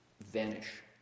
vanish